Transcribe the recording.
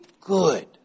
good